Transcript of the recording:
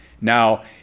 Now